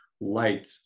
light